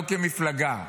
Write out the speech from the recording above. לא כמפלגה -- כתנועה,